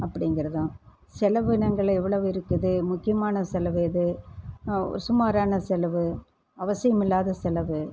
அப்படிங்கிறதாம் செலவினங்கள் எவ்வளவு இருக்குது முக்கியமான செலவு எது சுமாரான செலவு அவசியமில்லாத செலவு